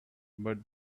but